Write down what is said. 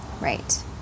Right